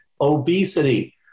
obesity